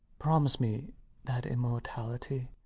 promise me that immortality.